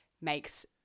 makes